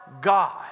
God